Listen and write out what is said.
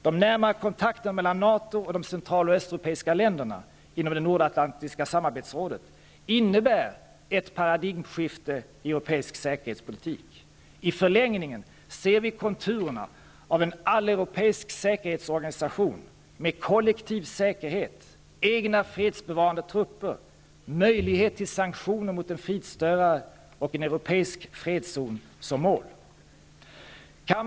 De närmare kontakterna mellan NATO och de central och östeuropeiska länderna inom det nordatlantiska samarbetsrådet innebär ett paradigmskifte i europeisk säkerhetspolitik. I förlängningen ser vi konturerna av en alleuropeisk säkerhetsorganisation, med kollektiv säkerhet, egna fredsbevarande trupper, möjlighet till sanktioner mot en fridsstörare och en europeisk fredszon som mål. Fru talman!